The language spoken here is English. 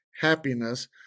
happiness